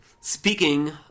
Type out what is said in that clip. Speaking